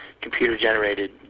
computer-generated